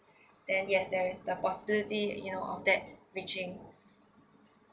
then yes there is the possibility you know of that reaching